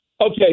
Okay